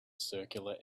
circular